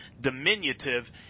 diminutive